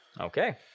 Okay